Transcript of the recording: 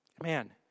Man